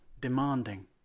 demanding